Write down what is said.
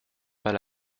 pas